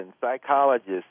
psychologists